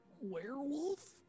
werewolf